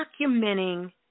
documenting